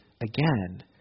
again